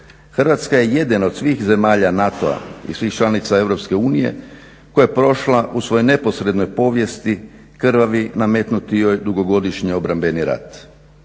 Hrvatska je jedina od svih zemalja NATO-a i svih članica EU koja je prošla u svojoj neposrednoj povijesti krvavi, nametnuti joj dugogodišnji obrambeni rat.